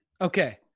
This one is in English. Okay